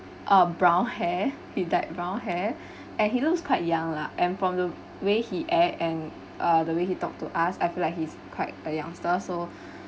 uh brown hair he dyed brown hair and he looks quite young lah and from the way he act and uh the way he talk to us I feel like he's quite a youngster so